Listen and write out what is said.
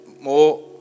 more